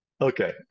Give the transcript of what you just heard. Okay